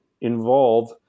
involve